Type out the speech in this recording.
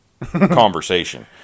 conversation